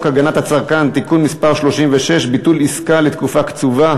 הגנת הצרכן (תיקון מס' 36) (ביטול עסקה לתקופה קצובה),